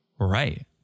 Right